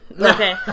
Okay